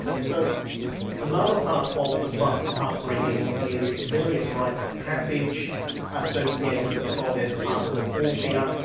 so another part of the spartan upbringing is various rites of passage associated with the goddess artemis orthia.